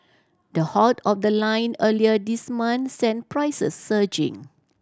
the halt of the line earlier this month sent prices surging